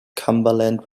cumberland